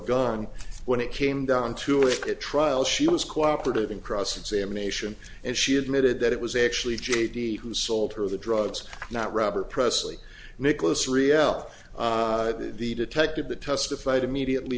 gun when it came down to it at trial she was cooperative in cross examination and she admitted that it was actually j t who sold her the drugs not robert pressley nicholas rielle the detective that testified immediately